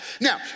Now